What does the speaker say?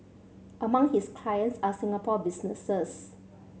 among his clients are Singapore businesses